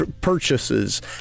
purchases